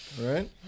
Right